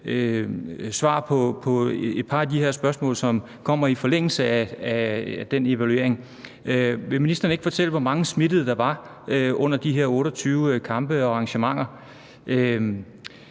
svar på et par af de her spørgsmål, som kommer i forlængelse af den evaluering. Vil ministeren ikke fortælle, hvor mange smittede der var under de her 28 kampe og arrangementer?